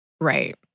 Right